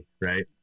right